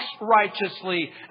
righteously